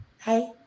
Hey